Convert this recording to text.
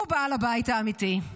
הוא בעל הבית האמיתי,